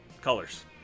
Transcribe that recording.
colors